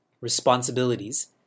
responsibilities